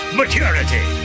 maturity